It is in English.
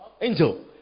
Angel